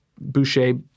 Boucher